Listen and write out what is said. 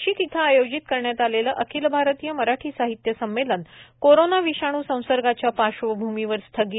नाशिक इथ आयोजित करण्यात आलेल अखिल भारतीय मराठी साहित्य संमेलन कोरोंना विषाणू संसर्गच्या पार्श्वभूमीवर स्थगित